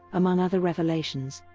among other revelations.